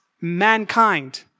mankind